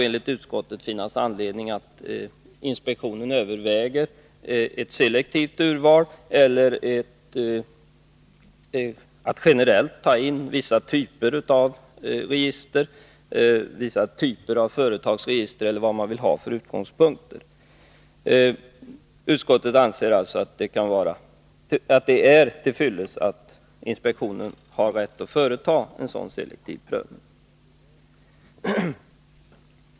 Enligt utskottet kan det finnas anledning för inspektionen att överväga om det skall vara ett selektivt urval eller om man generellt skall begära in vissa typer av register. Utskottet anser alltså att det är till fyllest att inspektionen har rätt att företa en sådan selektiv prövning.